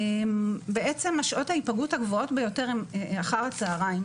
בעצם שעות ההיפגעות הגבוהות ביותר הן אחר הצהריים,